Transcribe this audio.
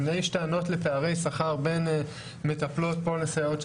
יש טענות לפערי שכר בין מטפלות פה לסייעות.